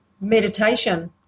Meditation